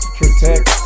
protect